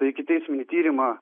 tai ikiteisminį tyrimą